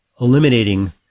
eliminating